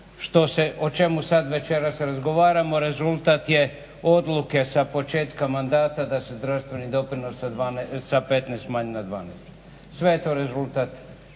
o čemu sad večeras razgovaramo rezultat je odluke sa početka mandata da se zdravstveni doprinos sa 15 smanji na 12. Sve je to rezultat